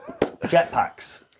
Jetpacks